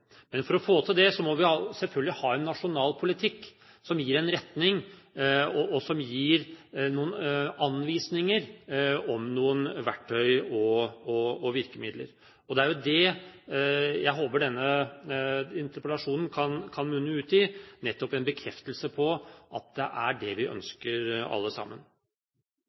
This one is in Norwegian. Men for å få til det må vi selvfølgelig ha en nasjonal politikk som gir en retning, og som gir noen anvisninger om verktøy og virkemidler. Det er det jeg håper denne interpellasjonen kan munne ut i – nettopp en bekreftelse på at det er det vi ønsker alle sammen.